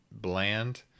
bland